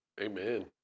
Amen